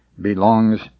belongs